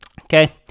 Okay